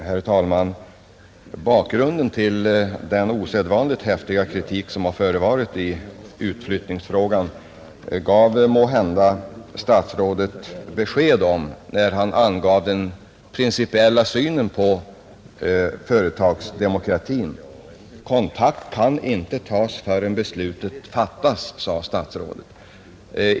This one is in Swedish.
Herr talman! Bakgrunden till den osedvanligt häftiga kritik som har förevarit i utflyttningsfrågan lämnade måhända statsrådet besked om när han angav sin principiella syn på företagsdemokratin. Kontakt kan inte tas med personalen förrän beslutet fattats, sade statsrådet.